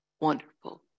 wonderful